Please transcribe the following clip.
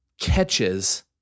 catches